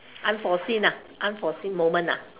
unforeseen ah unforeseen moment ah